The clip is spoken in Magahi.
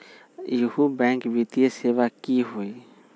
इहु बैंक वित्तीय सेवा की होई?